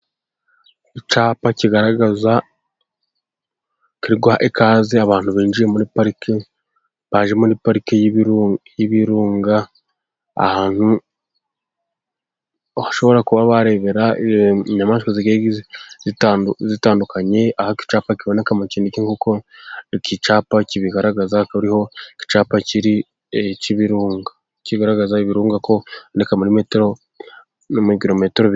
Icyapa kigaragaza kiri guha ikaze abantu binjiye muri pariki, baje muri parike y'ibirunga ahantu bashobora kuba barebera inyamaswa zigiye zitandukanye, aho icyo cyapa kiboneka mu kinigi nkuko iki cyapa kibigaragaza, ko ariho icyapa kiri k'ibirunga kigaragaza ibirunga ko biboneka mubirometero.....